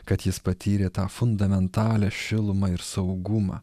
kad jis patyrė tą fundamentalią šilumą ir saugumą